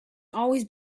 always